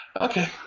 okay